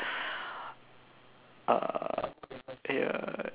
err